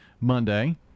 Monday